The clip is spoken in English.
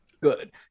Good